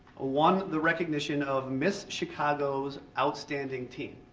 won the recognition of miss chicago's outstanding teen.